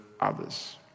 others